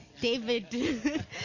David